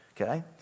Okay